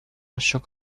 shook